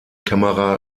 kamera